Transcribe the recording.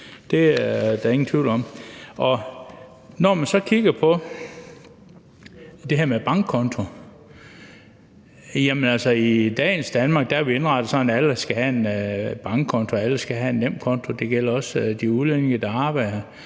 Det er der ingen tvivl om. Når man så kigger på det her med bankkonto, er det jo indrettet sådan i dagens Danmark, at alle skal have en bankkonto, alle skal have en nemkonto. Det gælder også de udlændinge, der arbejder